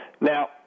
Now